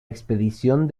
expedición